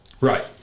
right